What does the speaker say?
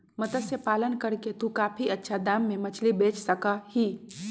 मत्स्य पालन करके तू काफी अच्छा दाम में मछली बेच सका ही